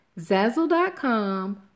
Zazzle.com